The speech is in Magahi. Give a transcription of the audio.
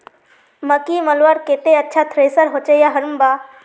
मकई मलवार केते अच्छा थरेसर होचे या हरम्बा?